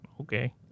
okay